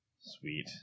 Sweet